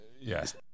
Yes